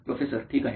professor ठीक आहे